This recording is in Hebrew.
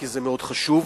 כי זה מאוד חשוב.